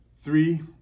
Three